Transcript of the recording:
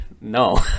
No